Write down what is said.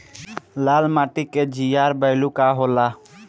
लाल माटी के जीआर बैलू का होला?